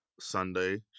Sunday